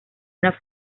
una